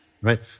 right